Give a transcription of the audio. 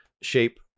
shape